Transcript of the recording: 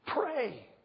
Pray